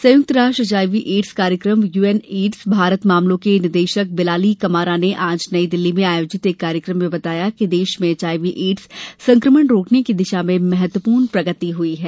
संयुक्त राष्ट्र HIV AIDS कार्यक्रम यूएन एड्स भारत मामलों के निदेशक बिलाली कमारा ने आज नई दिल्ली में आयोजित एक कार्यक्रम में बताया कि देश में एचआईवी एड्स संकमण रोकने की दिशा में महत्वपूर्ण प्रगति हुई है